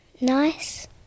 nice